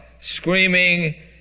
screaming